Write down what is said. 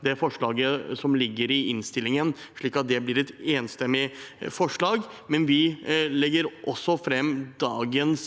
vedtak som ligger i innstillingen, slik at det blir et enstemmig vedtak, men vi har også lagt fram dagens